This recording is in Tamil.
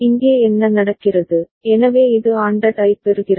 இங்கே என்ன நடக்கிறது எனவே இது ANDed ஐப் பெறுகிறது